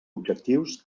objectius